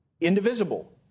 indivisible